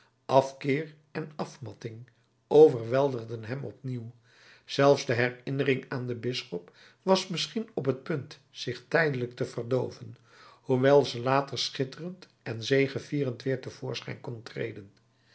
afkeer en afmatting overweldigden hem opnieuw zelfs de herinnering aan den bisschop was misschien op t punt zich tijdelijk te verdooven hoewel ze later schitterend en zegevierend weer te voorschijn kon treden